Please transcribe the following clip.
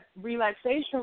relaxation